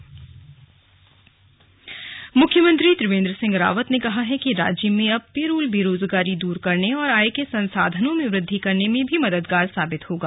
slug MNREGA में पिरूल मुख्यमंत्री त्रिवेन्द्र सिंह रावत ने कहा है कि राज्य में अब पिरूल बेरोजगारी दूर करने और आय के संसाधनों में वृद्धि करने में भी मददगार साबित होगा